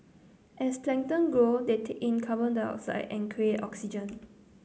as plankton grow they take in carbon dioxide and create oxygen